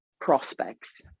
prospects